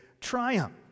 triumph